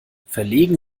verlegen